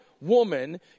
woman